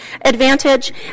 advantage